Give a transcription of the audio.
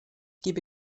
gebe